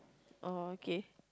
oh okay